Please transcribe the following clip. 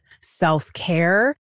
self-care